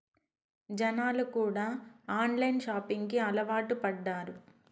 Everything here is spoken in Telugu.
జనాలు కూడా ఆన్లైన్ షాపింగ్ కి అలవాటు పడ్డారు